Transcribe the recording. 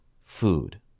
food